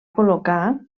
col·locar